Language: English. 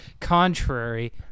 contrary